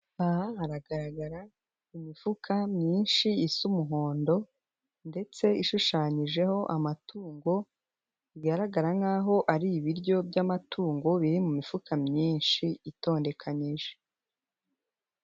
Aha hagaragara imifuka myinshi isa umuhondo ndetse ishushanyijeho amatungo, bigaragara nkaho ari ibiryo by'amatungo biri mu mifuka myinshi itondekanije.